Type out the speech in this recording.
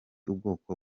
ubwoko